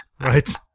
right